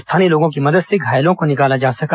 स्थानीय लोगों की मदद से घायलों को निकाला जा सका